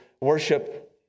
worship